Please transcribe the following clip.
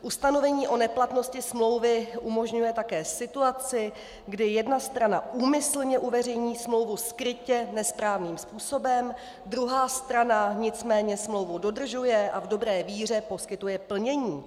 Ustanovení o neplatnosti smlouvy umožňuje také situaci, kdy jedna strana úmyslně uveřejní smlouvu skrytě nesprávným způsobem, druhá strana nicméně smlouvu dodržuje a v dobré víře poskytuje plnění.